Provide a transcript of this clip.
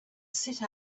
sit